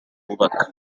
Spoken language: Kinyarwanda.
bubaka